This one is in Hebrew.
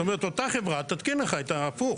זאת אומרת, אותה חברה תתקין לך את זה הפוך.